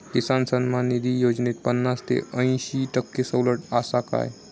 किसान सन्मान निधी योजनेत पन्नास ते अंयशी टक्के सवलत आसा काय?